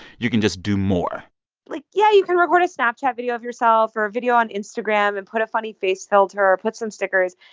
you can just do more like, yeah. you can record a snapchat video of yourself or a video on instagram and put a funny face filter, put some stickers.